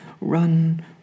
run